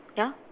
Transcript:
ya